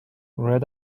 red